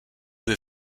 due